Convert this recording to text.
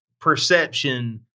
perception